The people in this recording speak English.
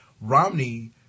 Romney